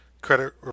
credit